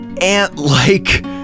ant-like